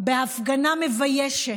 בהפגנה מביישת,